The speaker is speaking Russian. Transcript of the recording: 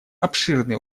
обширный